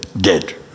dead